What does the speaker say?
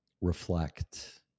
reflect